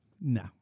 No